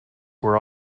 were